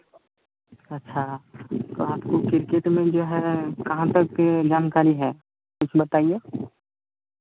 अच्छा तो आपको क्रिकेट में जो है कहाँ तक जानकारी है कुछ बताइए